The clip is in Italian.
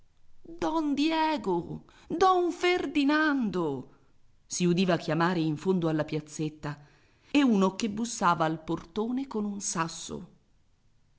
don diego don ferdinando si udiva chiamare in fondo alla piazzetta e uno che bussava al portone con un sasso